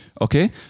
Okay